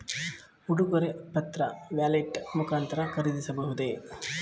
ಉಡುಗೊರೆ ಪತ್ರ ವ್ಯಾಲೆಟ್ ಮುಖಾಂತರ ಖರೀದಿಸಬಹುದೇ?